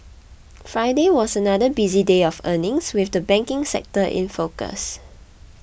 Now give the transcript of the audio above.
Friday was another busy day of earnings with the banking sector in focus